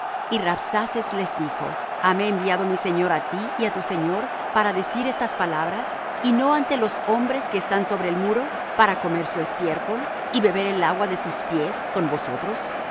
y rabsaces les dijo hame enviado mi señor á ti y á tu señor para decir estas palabras y no antes á los hombres que están sobre el muro para comer su estiércol y beber el agua de sus pies con vosotros